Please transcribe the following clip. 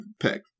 pick